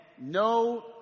no